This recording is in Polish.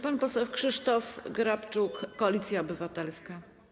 Pan poseł Krzysztof Grabczuk, Koalicja Obywatelska.